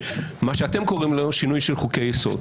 מה שאתם קוראים לו "שינוי של חוקי-יסוד".